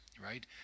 right